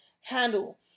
handle